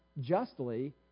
justly